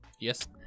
Yes